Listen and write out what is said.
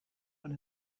one